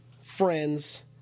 Friends